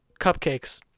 cupcakes